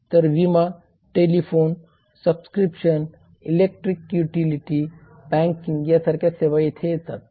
तर विमा telephone subscription electric utility banking यांसारख्या सेवा येथे येतात